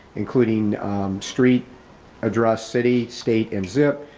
including street address, city, state and zip,